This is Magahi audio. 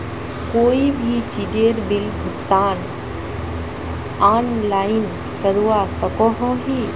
कोई भी चीजेर बिल भुगतान ऑनलाइन करवा सकोहो ही?